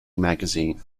magazine